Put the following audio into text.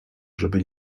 żeby